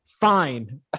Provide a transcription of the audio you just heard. fine